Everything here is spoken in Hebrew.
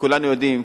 כולנו יודעים,